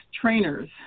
trainers